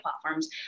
platforms